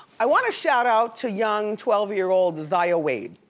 i wanna shout out to young twelve year old zaya wade.